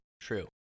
True